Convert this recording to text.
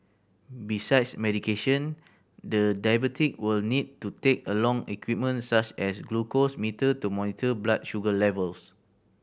besides medication the diabetic will need to take along equipment such as a glucose meter to monitor blood sugar levels